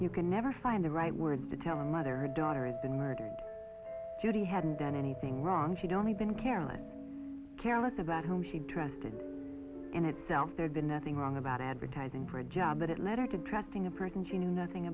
you can never find the right words to tell a mother daughter hadn't done anything wrong she'd only been careless careless about how she dressed and in itself there'd been nothing wrong about advertising for a job at letter to trusting a person she knew nothing